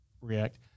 react